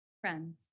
friends